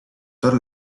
tot